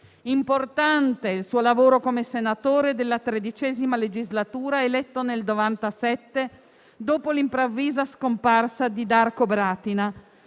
Importante il suo lavoro come senatore della XIII legislatura, eletto nel 1997, dopo l'improvvisa scomparsa di Darko Bratina,